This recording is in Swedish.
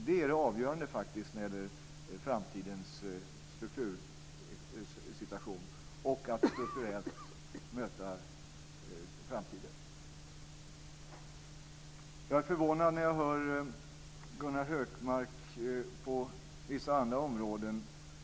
Det är det avgörande när det gäller framtidens struktursituation och att möta framtiden. Jag är förvånad när jag hör vad Gunnar Hökmark säger på vissa andra områden.